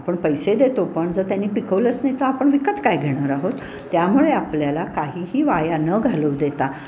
आपण पैसे देतो पण जर त्यानी पिकवलंच नाही तर आपण विकत काय घेणार आहोत त्यामुळे आपल्याला काहीही वाया न घालवू देता